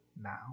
now